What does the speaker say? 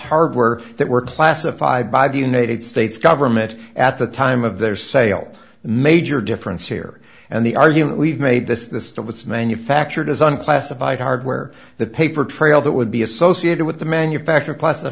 hardware that were classified by the united states government at the time of their sale major difference here and the argument we've made this the stuff with manufactured as unclassified hardware the paper trail that would be associated with the manufacture plus that